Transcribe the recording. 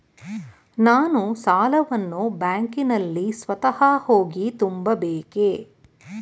ನಾನು ಸಾಲವನ್ನು ಬ್ಯಾಂಕಿನಲ್ಲಿ ಸ್ವತಃ ಹೋಗಿ ತುಂಬಬೇಕೇ?